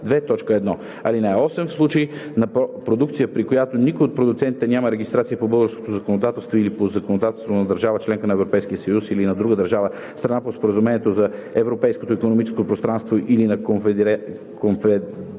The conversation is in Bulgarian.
т. 1. (8) В случай на продукция, при която никой от продуцентите няма регистрация по българското законодателство или по законодателството на държава – членка на Европейския съюз, или на друга държава – страна по Споразумението за Европейското икономическо пространство, или на Конфедерация